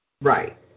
Right